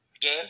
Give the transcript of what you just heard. game